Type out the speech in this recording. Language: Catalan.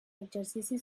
exercici